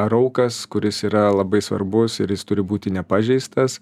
raukas kuris yra labai svarbus ir jis turi būti nepažeistas